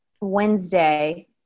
Wednesday –